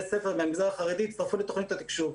ספר מהמגזר החרדי הצטרפו לתוכנית התקשוב.